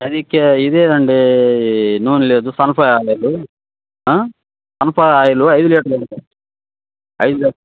అది ఇదేనండీ నూనె లేదు సన్ఫ్లవర్ ఆయిలు సన్ఫ్లవర్ ఆయిలు ఐదు లీటర్లు ఐదు లీటర్